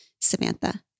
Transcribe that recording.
Samantha